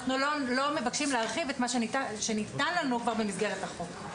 אנחנו לא מבקשים להרחיב את מה שניתן לנו כבר במסגרת החוק.